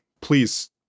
Please